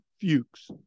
Fuchs